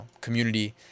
community